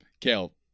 Kale